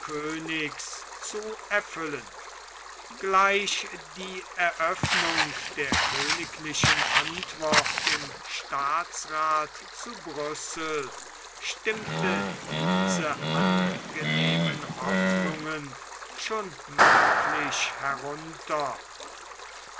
zu erfüllen gleich die eröffnung der königlichen antwort im staatsrath zu brüssel stimmte diese angenehmen hoffnungen schon merklich